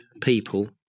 people